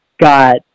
got